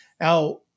Now